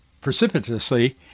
precipitously